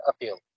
appeal